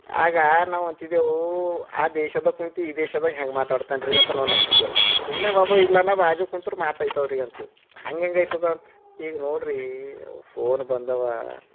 ಆಗ ನಾವು ಅಂತಿದ್ದೆವು ಆ ದೇಶದಾಗ ಕುಂತು ಈ ದೇಶದಾಗ ಹೆಂಗೆ ಮಾತಾಡ್ತಾನ್ರಿ ಅಂತ ನಾವು ನಗ್ತಿದ್ದೆವು ಸುಮ್ಮನೆ ಬಾಬು ಇಲ್ಲೇ ನಾವು ಬಾಜು ಕುಂತ್ರೆ ಮಾತೈತವ್ರಿ ಅಂತೀವಿ ಹಂಗೆಂಗೈತದಂತ ಈಗ ನೋಡಿರಿ ಫೋನ್ ಬಂದವೆ